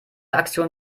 aktion